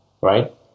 right